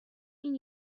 این